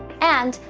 and,